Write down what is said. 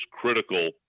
critical